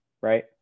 right